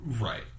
Right